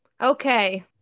Okay